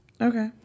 Okay